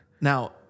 Now